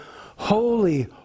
Holy